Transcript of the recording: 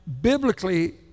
biblically